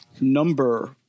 Number